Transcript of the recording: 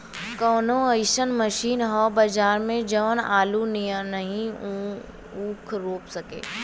कवनो अइसन मशीन ह बजार में जवन आलू नियनही ऊख रोप सके?